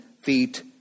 feet